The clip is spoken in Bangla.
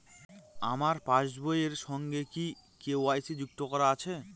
আমার পাসবই এর সঙ্গে কি কে.ওয়াই.সি যুক্ত করা আছে?